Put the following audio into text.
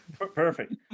Perfect